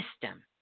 system